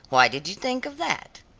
why did you think of that?